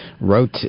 wrote